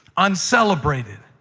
uncelebrated,